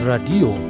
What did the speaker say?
Radio